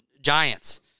Giants